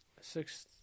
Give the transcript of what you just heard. Six